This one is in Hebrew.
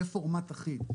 יהיה פורמט אחיד,